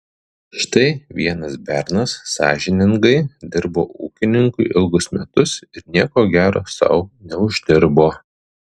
štai vienas bernas sąžiningai dirbo ūkininkui ilgus metus ir nieko gero sau neuždirbo